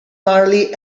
marley